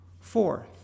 Fourth